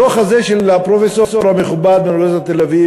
הדוח הזה של הפרופסור המכובד מאוניברסיטת תל-אביב